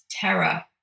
terror